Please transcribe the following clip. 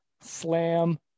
slam